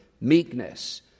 meekness